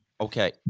Okay